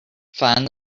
find